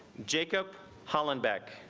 jacob hollenbeck.